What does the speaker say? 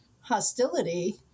hostility